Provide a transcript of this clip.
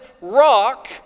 rock